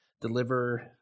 deliver